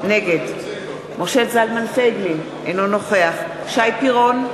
נגד משה זלמן פייגלין, אינו נוכח שי פירון,